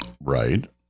Right